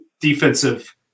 defensive